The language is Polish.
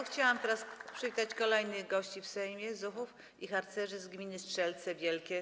Chciałabym przywitać kolejnych gości w Sejmie - zuchów i harcerzy z gminy Strzelce Wielkie.